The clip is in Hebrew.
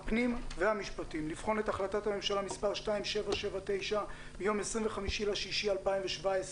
הפנים והמשפטים - לבחון את החלטת הממשלה מס' 2779 מיום 25 ביוני 2017,